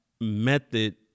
method